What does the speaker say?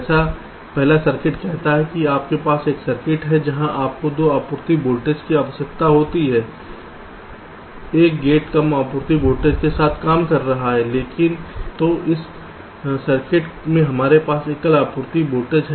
जैसे पहला सर्किट कहता है कि आपके पास एक सर्किट है जहां आपको दो आपूर्ति वोल्टेज की आवश्यकता होती है एक गेट कम आपूर्ति वोल्टेज के साथ काम कर रहा है लेकिन इस सर्किट में हमारे पास एक एकल आपूर्ति वोल्टेज है